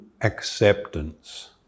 acceptance